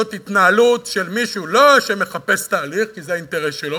זאת התנהלות של מישהו שלא מחפש תהליך כי זה האינטרס שלו